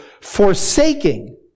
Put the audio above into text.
forsaking